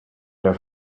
their